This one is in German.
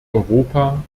europa